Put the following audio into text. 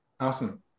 Awesome